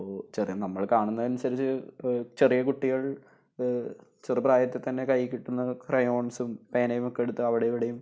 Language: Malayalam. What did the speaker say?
അപ്പോൾ ചെറിയ നമ്മൾ കാണുന്നത് അനുസരിച്ച് ചെറിയ കുട്ടികൾ ചെറുപ്രായത്തിൽ തന്നെ കൈയ്യിൽ കിട്ടുന്ന ക്രയോൺസും പേനയുമൊക്കെ എടുത്ത് അവിടെയും ഇവിടെയും